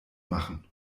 machen